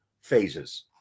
phases